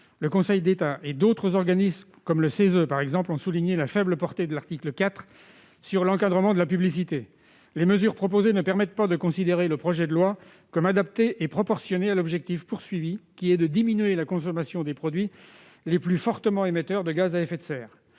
Le Conseil d'État et d'autres organismes, comme le Conseil économique, social et environnemental (CESE), ont souligné la faible portée de l'article 4 sur l'encadrement de la publicité. Les mesures proposées ne permettent pas de considérer le projet de loi comme adapté et proportionné à l'objectif visé : diminuer la consommation des produits les plus fortement émetteurs de gaz à effet de serre.